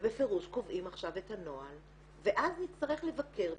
ובפירוש קובעים עכשיו את הנוהל ואז נצטרך לבקר,